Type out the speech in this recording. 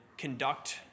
conduct